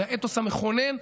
זה האתוס המכונן.